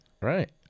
Right